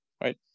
right